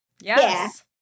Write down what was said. Yes